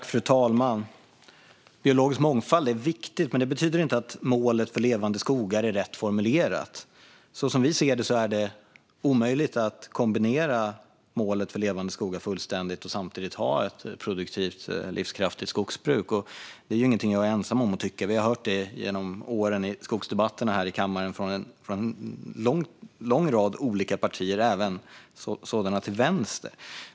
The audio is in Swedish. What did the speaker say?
Fru talman! Biologisk mångfald är viktigt, men det betyder inte att målet Levande skogar är rätt formulerat. Som vi ser det är det omöjligt att kombinera målet Levande skogar och ett produktivt, livskraftigt skogsbruk. Det är ingenting som jag är ensam om att tycka. Vi har hört det genom åren i skogsdebatterna här i kammaren från en lång rad olika partier, även sådana till vänster.